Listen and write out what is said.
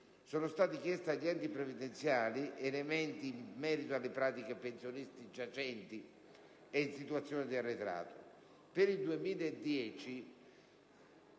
sono stati richiesti agli enti previdenziali elementi in merito alle pratiche pensionistiche giacenti e in situazioni di arretrato.